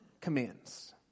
commands